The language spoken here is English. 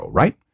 right